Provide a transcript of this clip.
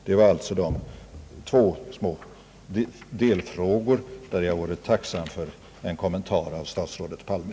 Det var alltså de två små delfrågor där jag vore tacksam för en kommentar av statsrådet Palme.